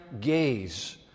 gaze